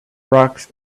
rocks